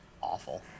awful